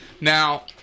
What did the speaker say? Now